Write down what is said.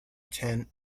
tent